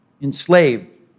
Enslaved